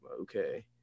okay